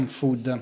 food